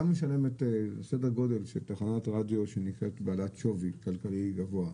כמה משלמת תחנת רדיו שנחשבת בעלת שווי כלכלי גבוה,